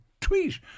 tweet